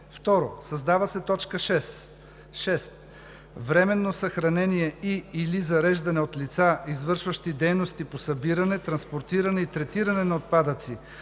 2. Създава се т. 6: „6. временно съхранение и/или зареждане от лица, извършващи дейности по събиране, транспортиране и третиране на отпадъци